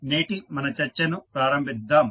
కాబట్టి నేటి మన చర్చను ప్రారంభిద్దాం